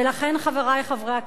ולכן, חברי חברי הכנסת,